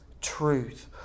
truth